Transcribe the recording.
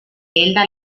elda